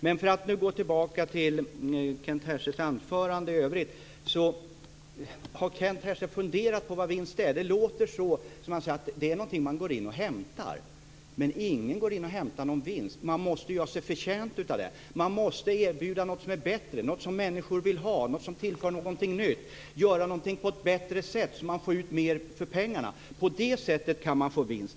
Jag går så tillbaka till Kent Härstedts anförande i övrigt. Har Kent Härstedt funderat på vad vinst är? Det låter på honom som att det är något som man går in och hämtar men ingen går in och hämtar någon vinst, utan man måste göra sig förtjänt av den. Man måste erbjuda något som är bättre och som människor vill ha, något som tillför någonting nytt, och göra saker på ett bättre sätt så att man får ut mer för pengarna. På så vis kan man få vinst.